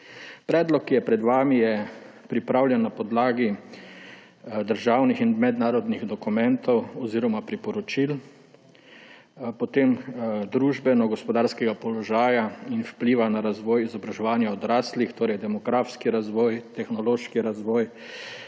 Predlog, ki je pred vami, je pripravljen na podlagi državnih in mednarodnih dokumentov oziroma priporočil družbeno-gospodarskega položaja in vpliva na razvoj izobraževanja odraslih, torej demografski razvoj, tehnološki razvoj,